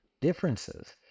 differences